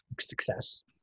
success